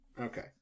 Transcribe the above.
Okay